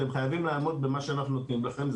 אתם חייבים לעמוד במה שאנחנו נותנים לכם.